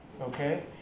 Okay